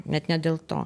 net ne dėl to